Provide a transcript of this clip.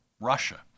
Russia